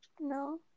No